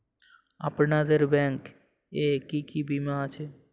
আপনাদের ব্যাংক এ কি কি বীমা আছে?